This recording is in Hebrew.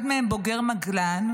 אחד מהם בוגר מגלן,